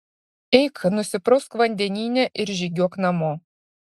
eik nusiprausk vandenyne ir žygiuok namo